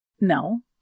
No